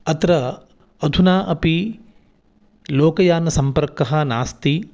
अत्र अधुना अपि लोकयानसम्पर्कः नास्ति